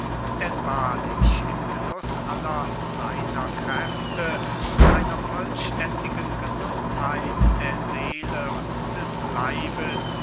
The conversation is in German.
denn wahrlich im genuß aller seiner kräfte und einer vollständigen gesundheit der seele und des leibes